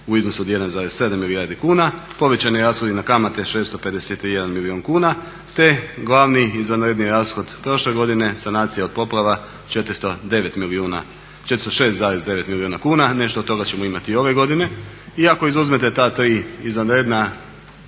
u iznosu od 1,7 milijardi kuna, povećani rashodi na kamate 651 milijun kuna, te glavni izvanredni rashod prošle godine sanacija od poplava 406,9 milijuna kuna, nešto od toga ćemo imati i ove godine. I ako izuzmete ta tri izvanredna